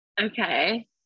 Okay